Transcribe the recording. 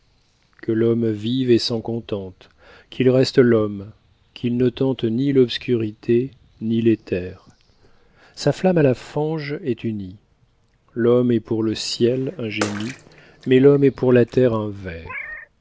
que l'homme vive et s'en contente qu'il reste l'homme qu'il ne tente ni l'obscurité ni l'éther sa flamme à la fange est unie l'homme est pour le ciel un génie mais l'homme est pour la terre un ver